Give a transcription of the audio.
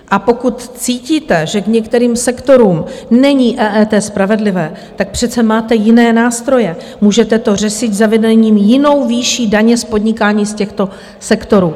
A pokud cítíte, že k některým sektorům není EET spravedlivé, tak přece máte jiné nástroje, můžete to řešit zavedením jiné výše daně z podnikání z těchto sektorů.